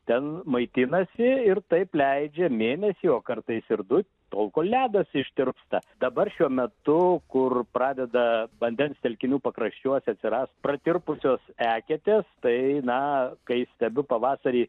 ten maitinasi ir taip leidžia mėnesį o kartais ir du tol kol ledas ištirpsta dabar šiuo metu kur pradeda vandens telkinių pakraščiuose atsirast prakirpusios eketės tai na kai stebiu pavasarį